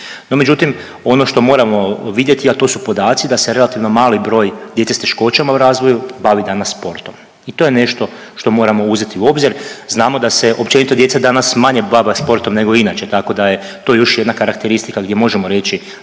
No međutim, ono što moramo vidjeti a to su podaci da se relativno mali broj djece s teškoćama u razvoju bavi danas sportom. I to je nešto što moramo uzeti u obzir. Znamo da se općenito djeca danas manje bave sportom nego inače, tako da je to još jedna karakteristika gdje možemo reći